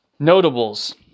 notables